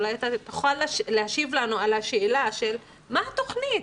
אתה אולי תוכל להשיב לנו על השאלה מהי התוכנית,